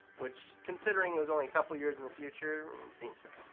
which, considering it was only a couple years in the future, seems fair.